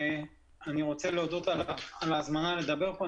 אני רוצה להודות על ההזמנה לדבר כאן.